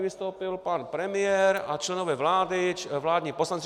Vystoupil tady pan premiér a členové vlády, vládní poslanci.